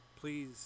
Please